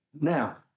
Now